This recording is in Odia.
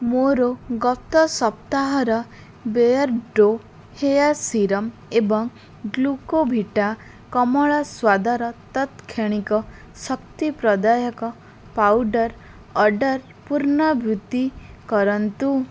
ମୋର ଗତ ସପ୍ତାହର ବେୟାରର୍ଡ଼ୋ ହେୟାର୍ ସିରମ୍ ଏବଂ ଗ୍ଲୁକୋଭିଟା କମଳା ସ୍ୱାଦର ତତ୍କ୍ଷଣିକ ଶକ୍ତି ପ୍ରଦାୟକ ପାଉଡ଼ର୍ ଅର୍ଡ଼ର୍ ପୂର୍ଣ୍ଣାବୃତ୍ତି କରନ୍ତୁ